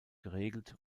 geregelt